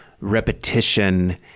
repetition